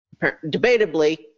debatably